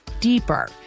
deeper